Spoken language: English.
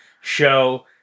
show